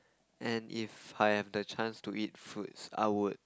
and if I have the chance to eat fruits I would